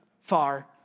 far